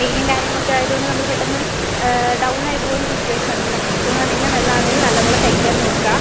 വെയിലും കാര്യങ്ങളുമൊക്കെ ആയത് കൊണ്ട് നമ്മള് പെട്ടെന്ന് ഡൗൺ ആയി പോന്ന സിറ്റുവേഷൻ ആണ് ഫുഡ്ഡാണേലും വെള്ളവാണേലും നല്ല പോലെ കഴിക്കാൻ നോക്കുക